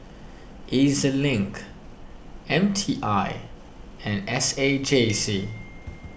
E Z Link M T I and S A J C